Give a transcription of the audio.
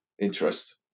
interest